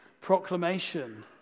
proclamation